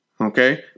Okay